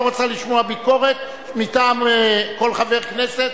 רוצה לשמוע ביקורת מטעם כל חבר כנסת.